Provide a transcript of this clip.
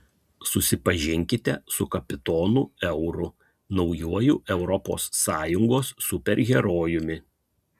susipažinkite su kapitonu euru naujuoju europos sąjungos superherojumi